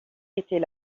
était